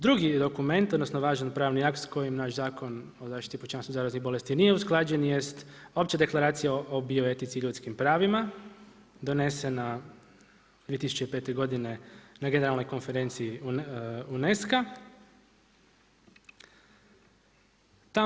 Drugi dokument, odnosno važan pravni akt s kojim naš Zakon o zaštiti pučanstva i zaraznih bolesti nije usklađen jest Opća deklaracija o bioetici i ljudskim pravima donesena 2005. godine na generalnoj konferenciji UNESCO-a.